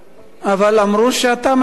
אמרו שאתה משיב.